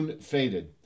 faded